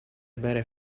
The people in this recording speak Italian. bere